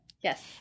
Yes